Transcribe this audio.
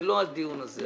זה לא הדיון הזה.